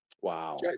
Wow